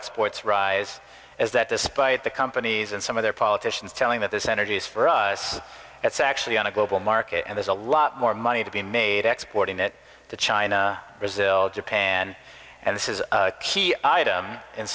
exports rise is that despite the companies and some of their politicians telling that this energy is for us it's actually on a global market and there's a lot more money to be made exporting it to china brazil japan and this is